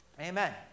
Amen